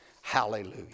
Hallelujah